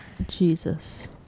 Jesus